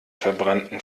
verbrannten